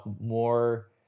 more